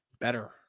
better